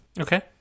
Okay